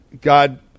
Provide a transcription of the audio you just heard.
God